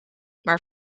maar